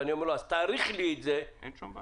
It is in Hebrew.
ואני אומר לו: אז תאריך לי את זה -- אין שום בעיה.